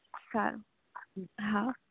સારું હા